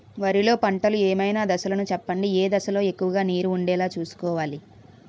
వరిలో పంటలు ఏమైన దశ లను చెప్పండి? ఏ దశ లొ ఎక్కువుగా నీరు వుండేలా చుస్కోవలి?